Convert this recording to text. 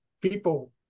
people